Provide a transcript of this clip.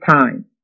time